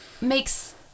makes